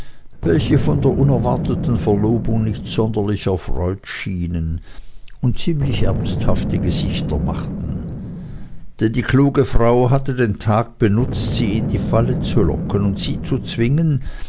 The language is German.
welche von der unerwarteten verlobung nicht sonderlich erfreut schienen und ziemlich ernsthafte gesichter machten denn die kluge frau hatte den tag benutzt sie in die falle zu locken und sie zu zwingen